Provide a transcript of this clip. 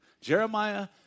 Jeremiah